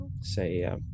say